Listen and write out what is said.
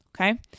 okay